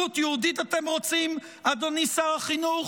הגות יהודית אתם רוצים, אדוני שר החינוך?